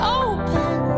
open